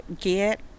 get